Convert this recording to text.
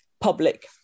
public